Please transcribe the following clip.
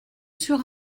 sur